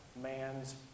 man's